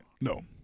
No